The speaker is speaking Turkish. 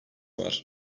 var